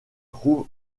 trouve